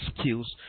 skills